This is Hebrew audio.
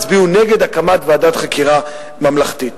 הצביעו נגד הקמת ועדת חקירה ממלכתית.